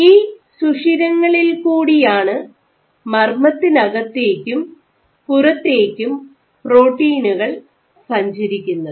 ഈ സുഷിരങ്ങളിൽ കൂടിയാണ് മർമ്മത്തിനകത്തേക്കും പുറത്തേക്കും പ്രോട്ടീനുകൾ സഞ്ചരിക്കുന്നത്